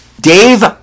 Dave